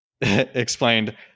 explained